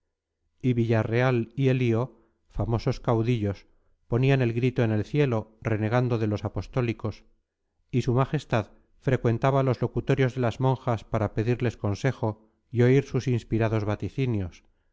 y villarreal y elío famosos caudillos ponían el grito en el cielo renegando de los apostólicos y s m frecuentaba los locutorios de las monjas para pedirles consejo y oír sus inspirados vaticinios